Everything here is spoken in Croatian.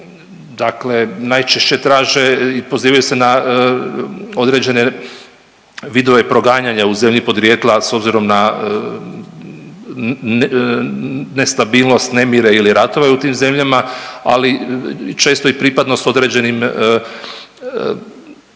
dakle najčešće traže i pozivaju se na određene vidove proganjanja u zemlji podrijetla s obzirom na nestabilnost, nemire ili ratove u tim zemljama, ali često i pripadnost određenim etničkim,